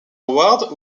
howard